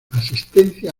asistencia